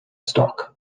stock